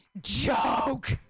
joke